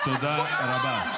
עכשיו --- תודה רבה.